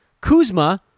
Kuzma